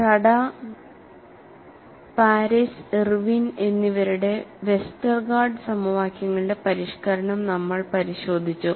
ടഡ Paris Irwin എന്നിവരുടെ Westergaard സമവാക്യങ്ങളുടെ പരിഷ്ക്കരണം നമ്മൾ പരിശോധിച്ചു